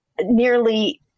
nearly